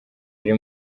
riri